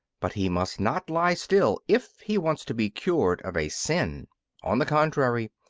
but he must not lie still if he wants to be cured of a sin on the contrary,